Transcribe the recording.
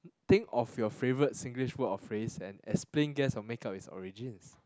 think of your favorite Singlish word or phrase and explain guess or make up its origins